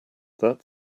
that